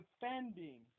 defending